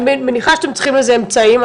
אני מניחה שאתם צריכים אמצעים כלשהם.